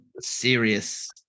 serious